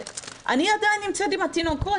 אני עדיין נמצאת עם התינוקות.